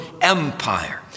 Empire